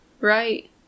right